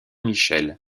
michel